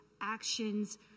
actions